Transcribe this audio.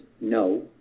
no